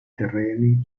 terreni